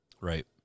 Right